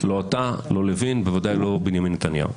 לא אתה, לא לוין, בוודאי לא בנימין נתניהו.